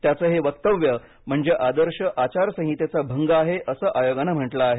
त्याचं हे वक्तव्य म्हणजे आदर्श आचार संहितेचा भंग आहे असं आयोगानं म्हटलं आहे